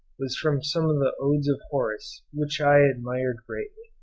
was from some of the odes of horace, which i admired greatly.